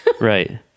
right